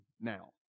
now